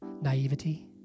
naivety